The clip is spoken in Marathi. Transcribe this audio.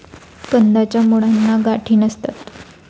कंदाच्या मुळांना गाठी नसतात